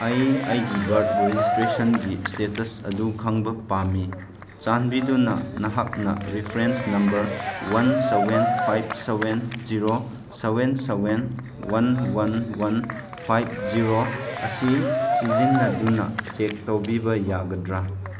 ꯑꯩ ꯑꯩꯒꯤ ꯕꯥꯔꯠ ꯔꯦꯖꯤꯁꯇ꯭ꯔꯦꯁꯟꯒꯤ ꯏꯁꯇꯦꯇꯁ ꯑꯗꯨ ꯈꯪꯕ ꯄꯥꯝꯃꯤ ꯆꯥꯟꯕꯤꯗꯨꯅ ꯅꯍꯥꯛꯅ reference number one seven five seven zero seven seven one one one five zero ꯑꯁꯤ ꯁꯤꯖꯤꯟꯅꯗꯨꯅ ꯆꯦꯛ ꯇꯧꯕꯤꯕ ꯌꯥꯒꯗ꯭ꯔꯥ